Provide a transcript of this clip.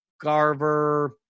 Garver